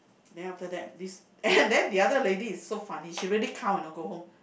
then after this and then the other lady is so funny she really count you know go home